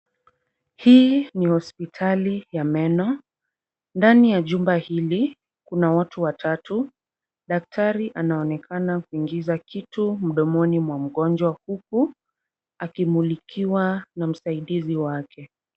Hii ni hospitali ya meno. Ndani ya jumba hili kuna watu watatu. Daktari anaonekana kuingiza kitu mdomoni mwa mgonjwa huku akimulikiwa na mgonjwa wake.